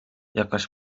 jakaś